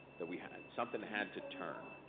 that we had. something had to turn.